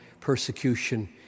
persecution